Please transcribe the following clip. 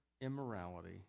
immorality